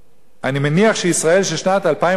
אני מניח שישראל של שנת 2059,